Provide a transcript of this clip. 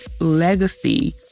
legacy